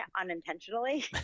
unintentionally